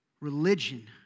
religion